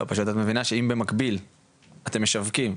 אבל פשוט את מבינה שאם במקביל אתם משווקים,